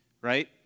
Right